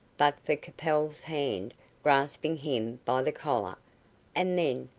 but for capel's hand grasping him by the collar and then,